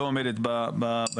היא לא עומדת בנתונים.